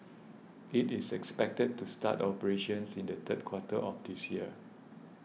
it is expected to start operations in the third quarter of this year